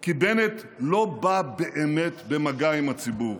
כי בנט לא בא באמת במגע עם הציבור.